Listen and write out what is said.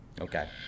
Okay